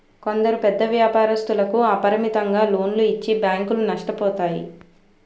కొందరు పెద్ద వ్యాపారస్తులకు అపరిమితంగా లోన్లు ఇచ్చి బ్యాంకులు నష్టపోతాయి